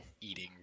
eating